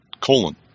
Colon